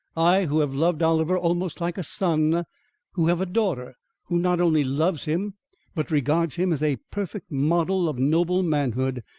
i who have loved oliver almost like a son who have a daughter who not only loves him but regards him as a perfect model of noble manhood,